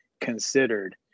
considered